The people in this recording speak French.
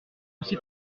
aussi